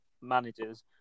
managers